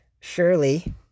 surely